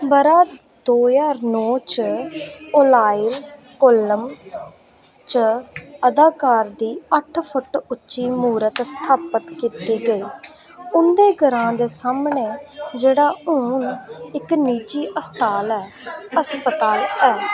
ब'रा दो ज्हार नौ च ओलाइल कोल्लम च अदाकार दी अट्ठ फुट्ट उच्ची मूरत स्थापत कीती गेई उं'दे ग्रांऽ दे सामनै जेह्ड़ा हून इक निजी अस्ताल ऐ हस्पताल ऐ